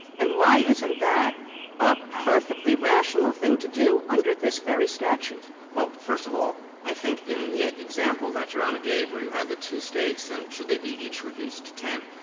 and why isn't that a perfectly rational thing to do under this very statute? keisler well, first of all, i think in the example that your honor gave, where you had the two states and should they be each reduced to ten,